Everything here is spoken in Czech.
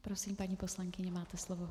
Prosím, paní poslankyně, máte slovo.